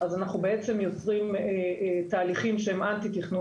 אז אנחנו בעצם יוצרים תהליכים שהם אנטי תכנון